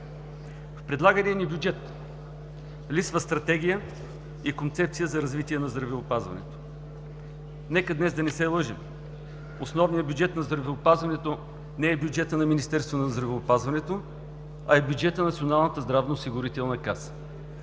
В предлагания ни бюджет липсва стратегия и концепция за развитие на здравеопазването. Нека днес да не се лъжем – основният бюджет на здравеопазването не е бюджетът на Министерството на здравеопазването, а е бюджетът на Националната здравноосигурителна каса.